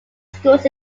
schools